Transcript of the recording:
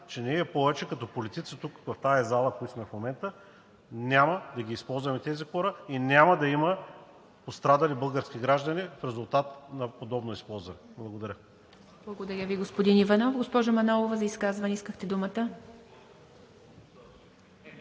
че ние повече като политици тук в тази зала, които сме в момента, няма да ги използваме тези хора и няма да има пострадали български граждани в резултат на подобно използване. Благодаря. ПРЕДСЕДАТЕЛ ИВА МИТЕВА: Благодаря Ви, господин Иванов. Госпожо Манолова, за изказване искахте думата.